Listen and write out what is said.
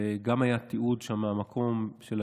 וגם היה תיעוד מהמקום שם,